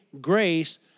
grace